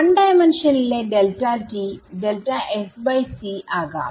1D യിലെ ആകാം